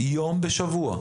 יום בשבוע.